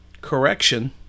correction